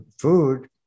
food